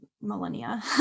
millennia